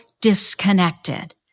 disconnected